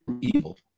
evil